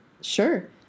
Sure